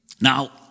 Now